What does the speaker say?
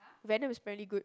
Venom is apparently good